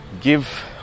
give